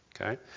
Okay